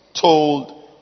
told